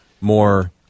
more